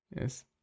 Yes